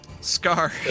Scar